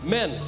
Men